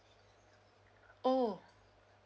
oh